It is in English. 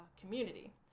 community